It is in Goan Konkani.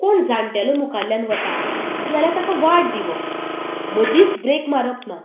कोण जाणटेलो मुखाल्यान वता जाल्या ताका वाट दिवप मदींच ब्रेक मारप ना